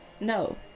No